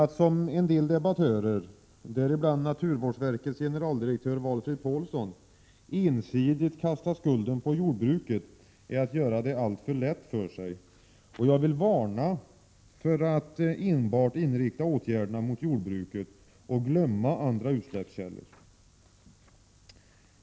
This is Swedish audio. Att som en del debattörer, bl.a. naturvårdsverkets generaldirektör Valfrid Paulsson, ensidigt kasta skulden på jordbruket är att göra det alltför lätt för sig. Jag vill varna för att enbart inrikta åtgärderna på jordbruket och glömma andra utsläppskällor.